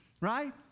right